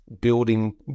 building